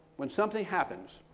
when something happens,